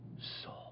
soul